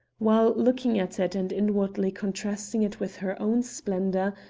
while looking at it and inwardly contrasting it with her own splendor,